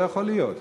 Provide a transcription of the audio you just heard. לא יכול להיות.